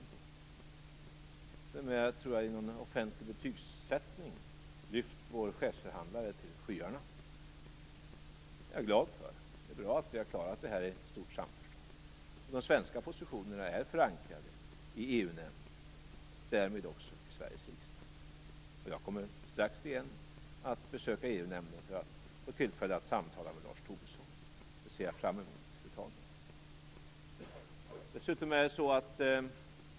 Jag tror t.o.m. att vår chefförhandlare i en offentlig betygsättning har höjts till skyarna. Det är jag glad för. Det är bra att vi har klarat det här i stort samförstånd. De svenska positionerna är förankrade i EU-nämnden och därmed också i Sveriges riksdag. Jag kommer strax att återigen besöka EU-nämnden för att få tillfälle att samtala med Lars Tobisson. Det ser jag fram emot, fru talman!